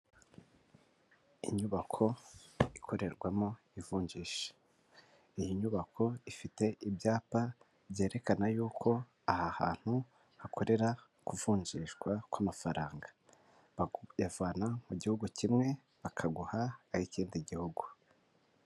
Inyubako ikorerwamo ivunjisha, iyi nyubako ifite ibyapa byerekana yuko aha hantu hakorera kuvunjishwa kw'amafaranga, bayavana mu gihugu kimwe bakaguha ay'ikindi gihugu.